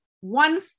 one